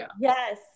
Yes